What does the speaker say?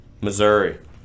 missouri